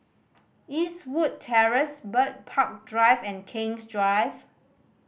Eastwood Terrace Bird Park Drive and King's Drive